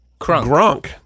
Grunk